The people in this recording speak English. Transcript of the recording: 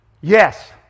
Yes